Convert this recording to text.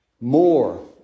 more